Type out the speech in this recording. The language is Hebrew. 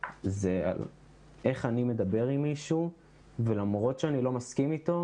זה על איך אני מדבר עם מישהו למרות שאני לא מסכים איתו.